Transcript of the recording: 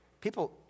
People